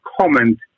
comment